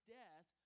death